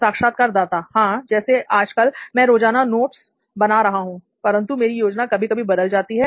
साक्षात्कारदाता हां जैसे आज कल मैं रोज़ाना नोट्स बना रहा हूं परंतु मेरी योजना कभी कभी बदल जाती हैं